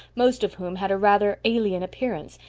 most of whom had a rather alien appearance,